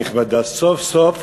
נכבדה, סוף-סוף